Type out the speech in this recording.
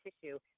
tissue